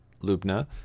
Lubna